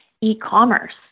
e-commerce